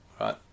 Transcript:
right